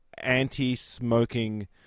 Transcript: anti-smoking